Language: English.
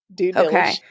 Okay